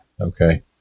Okay